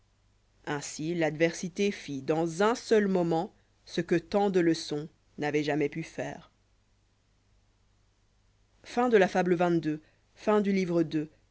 ainsi l'adversité fit dans un seul moment i ce que tant de leçons n'avoient jamais pu faire